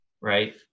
right